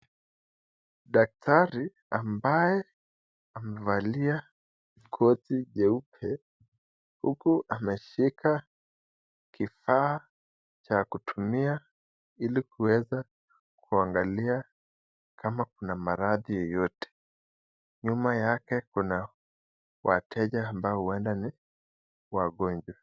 Daktari ambaye amevalia koti jeupe huku ameshika kifaa cha kutumia ili kuweza kuangalia kama kuna maradhi yoyote. Nyuma yake kuna wateja ambao huenda ni wagonjwa.